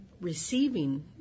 receiving